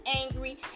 angry